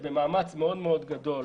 במאמץ מאוד גדול